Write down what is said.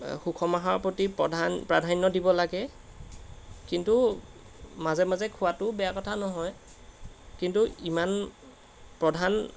সুষম আহাৰৰ প্ৰতি প্ৰধান প্ৰাধান্য দিব লাগে কিন্তু মাজে মাজে খোৱাটোও বেয়া কথা নহয় কিন্তু ইমান প্ৰধান